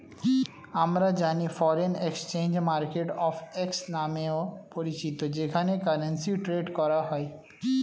আমরা জানি foreign exchange market FX নামেও পরিচিত যেখানে কারেন্সি ট্রেড করা হয়